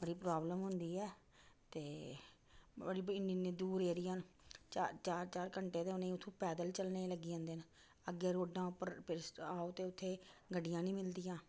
बड़ी प्राब्लम होंदी ऐ ते मतलब इन्नी इन्नी दूर एरिया न चा चार चार घैंटे दे उ'नें पैदल चलने गी लग्गी जंदे न अग्गें रोडां उप्पर आओ ते उत्थें गड्डियां नी मिलदियां